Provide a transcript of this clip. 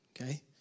okay